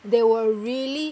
they will really